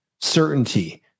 certainty